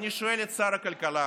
אני שואל את שר הכלכלה